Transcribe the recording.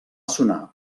sonar